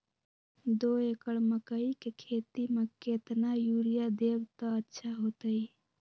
दो एकड़ मकई के खेती म केतना यूरिया देब त अच्छा होतई?